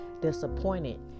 disappointed